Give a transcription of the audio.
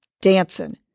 dancing